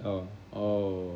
oh oh